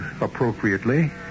appropriately